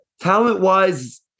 talent-wise